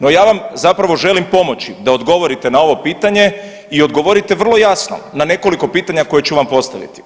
No ja vam zapravo želim pomoći da odgovorite na ovo pitanje i odgovorite vrlo jasno na nekoliko pitanja koja ću vam postaviti.